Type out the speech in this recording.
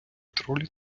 тролі